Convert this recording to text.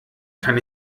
kann